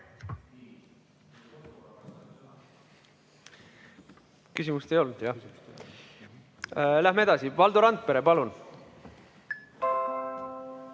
Küsimust ei olnudki, jah? Läheme edasi. Valdo Randpere, palun!